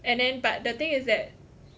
and then but the thing is that